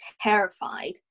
terrified